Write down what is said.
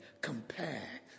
compare